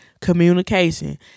communication